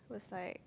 was like